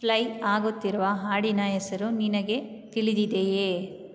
fly ಆಗುತ್ತಿರುವ ಹಾಡಿನ ಹೆಸರು ನಿನಗೆ ತಿಳಿದಿದೆಯೇ